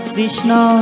Krishna